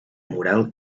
moral